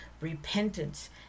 repentance